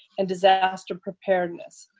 and disaster preparedness.